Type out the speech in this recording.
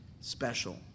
special